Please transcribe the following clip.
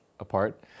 apart